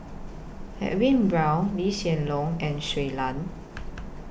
Edwin Brown Lee Hsien Loong and Shui Lan